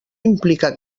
implica